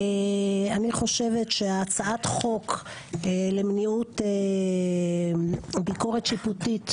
אני חושבת שהצעת החוק למניעות ביקורת שיפוטית,